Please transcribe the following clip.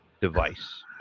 device